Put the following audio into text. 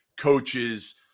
coaches